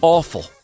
Awful